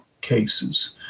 cases